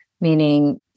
meaning